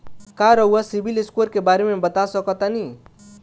का रउआ CIBIL score के बारे में बता सकतानी?